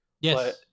Yes